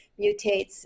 mutates